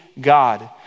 god